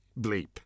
bleep